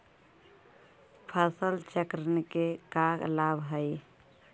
फसल चक्रण के का लाभ हई?